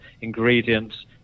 ingredients